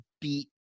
beat